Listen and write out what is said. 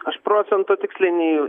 aš procento tiksliai nei